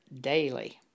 daily